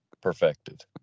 perfected